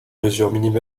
mesure